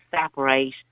separate